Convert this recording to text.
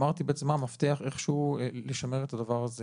אמרתי בעצם מה המפתח איכשהו לשמר את הדבר הזה